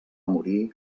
morir